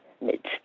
midst